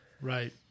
Right